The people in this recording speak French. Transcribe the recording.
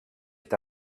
est